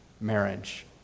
marriage